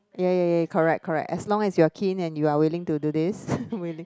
ya ya ya correct correct as long as you are keen and you are willing to do this willing